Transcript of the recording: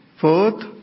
Fourth